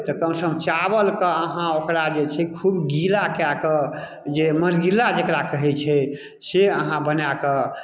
तऽ कमसँ कम चावलके अहाँ ओकरा जे छै खूब गीला कए कऽ जे मर्गिल्ला जकरा कहै छै से अहाँ बना कऽ